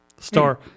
Star